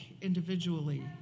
individually